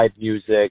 music